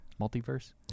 Multiverse